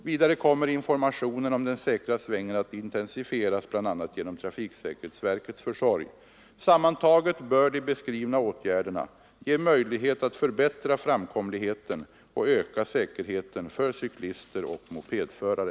Vidare kommer informationen om den säkra svängen att intensifieras bl.a. genom trafiksäkerhetsverkets försorg. Sammantaget bör de beskrivna åtgärderna ge möjlighet att förbättra framkomligheten och öka säkerheten för cyklister och mopedförare.